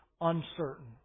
uncertain